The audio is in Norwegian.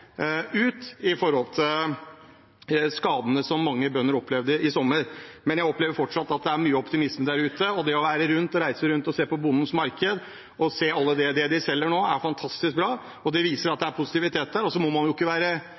ut for skadene som mange bønder opplevde i sommer. Men jeg opplever fortsatt at det er mye optimisme der ute, og det å reise rundt og se Bondens marked og alt det de selger nå, er fantastisk bra. Det viser at det er positivitet der, og så må man ikke være